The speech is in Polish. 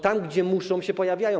Tam gdzie muszą, tam się pojawiają.